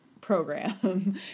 program